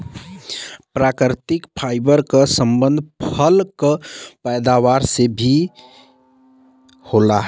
प्राकृतिक फाइबर क संबंध फल क पैदावार से भी होला